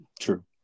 True